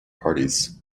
parties